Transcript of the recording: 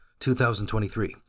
2023